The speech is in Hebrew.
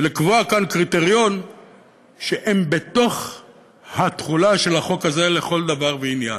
ולקבוע כאן קריטריון שהם בתוך התחולה של החוק הזה לכל דבר ועניין.